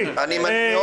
מה